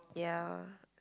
ya